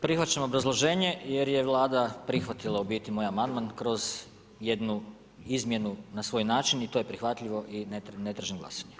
Prihvaćam obrazloženje jer je Vlada prihvatila u biti moj amandman kroz jednu izmjenu na svoj način i to je prihvatljivo i ne tražim glasanje.